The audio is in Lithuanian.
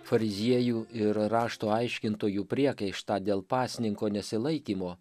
fariziejų ir rašto aiškintojų priekaištą dėl pasninko nesilaikymo